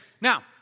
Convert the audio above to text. Now